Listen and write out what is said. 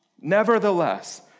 nevertheless